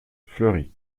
fleury